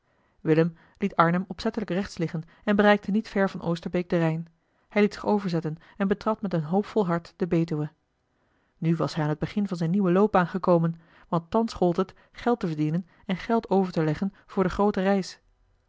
willem liet arnhem opzettelijk rechts liggen en bereikte niet ver van oosterbeek den rijn hij liet zich overzetten en betrad met een hoopvol hart de betuwe nu was hij aan het begin van zijne nieuwe loopbaan gekomen want thans gold het geld te verdienen en geld over te leggen voor de groote reis